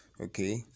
Okay